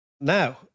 Now